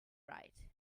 right